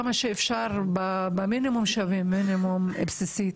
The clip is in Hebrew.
כמה שאפשר במינימום הבסיסי.